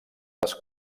les